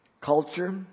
culture